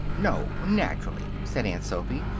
no, naturally, said aunt sophy,